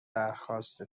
درخواست